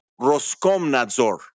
Roskomnadzor